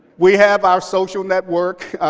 we have our social network.